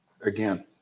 again